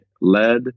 led